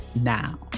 now